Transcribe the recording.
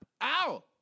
Ow